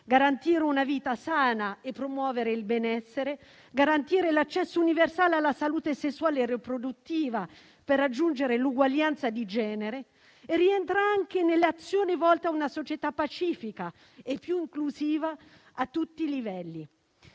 garantire una vita sana e promuovere il benessere e garantire l'accesso universale alla salute sessuale e riproduttiva per raggiungere l'uguaglianza di genere rientrano anche nelle azioni volte a creare una società pacifica e più inclusiva a tutti i livelli.